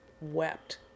wept